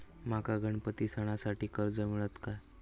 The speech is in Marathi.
माका गणपती सणासाठी कर्ज मिळत काय?